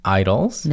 idols